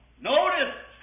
Notice